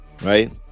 right